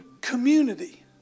community